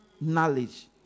knowledge